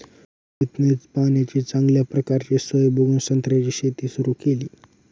सुमितने पाण्याची चांगल्या प्रकारची सोय बघून संत्र्याची शेती सुरु केली